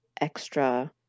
extra